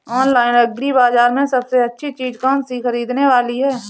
Online agri बाजार में सबसे अच्छी चीज कौन सी ख़रीदने वाली है?